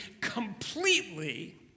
completely